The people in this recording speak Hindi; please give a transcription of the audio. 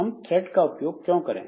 हम थ्रेड का उपयोग क्यों करें